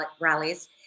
rallies